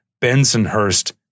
Bensonhurst